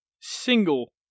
single